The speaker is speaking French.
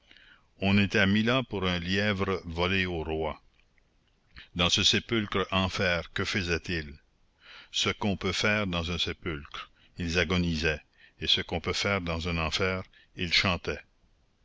on était mis là pour un lièvre volé au roi dans ce sépulcre enfer que faisaient-ils ce qu'on peut faire dans un sépulcre ils agonisaient et ce qu'on peut faire dans un enfer ils chantaient